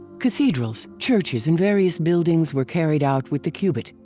cathedrals, churches and various buildings were carried out with the cubit,